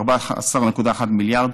14.1 מיליארד.